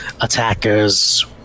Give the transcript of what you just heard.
attackers